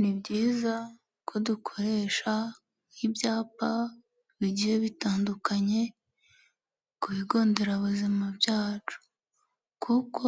Ni byiza ko dukoresha ibyapa bigiye bitandukanye ku bigonderabuzima byacu kuko